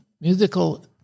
musical